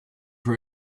for